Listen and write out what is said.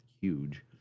huge